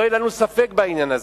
שלא יהיה לנו ספק בעניין הזה.